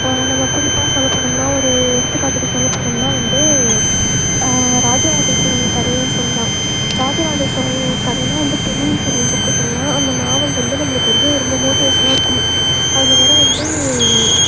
நம்ம குறிப்பாக சொல்ல போனோம்னால் ஒரு எடுத்துக்காட்டுக்கு சொல்ல போனோம்னால் வந்து ராஜராஜ சோழன் கதையை சொல்லலாம் ராஜராஜ சோழன் கதைனால் வந்து பொன்னியின் செல்வன் புக்கு சொல்லலாம் அந்த நாவல் வந்து நம்மளுக்கு வந்து ரொம்ப மோட்டிவேஷனாக இருக்கும் அந்தமாதிரி வந்து